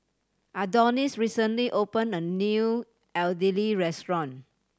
Adonis recently opened a new Idili restaurant